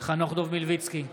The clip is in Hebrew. חנוך דב מלביצקי,